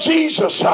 Jesus